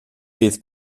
bydd